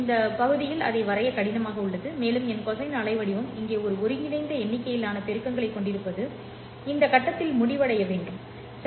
இந்த பகுதியில் அதை வரைய கடினமாக உள்ளது மேலும் என் கொசைன் அலைவடிவம் இங்கே ஒரு ஒருங்கிணைந்த எண்ணிக்கையிலான பெருக்கங்களைக் கொண்டிருப்பது இந்த கட்டத்தில் முடிவடைய வேண்டும் சரி